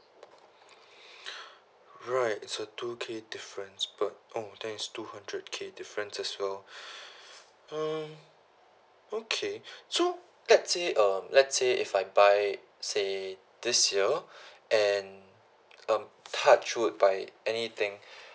right so two K difference then it's two hundred K difference as well mm okay so let's say um let's say if I buy say this year and um touch wood by anything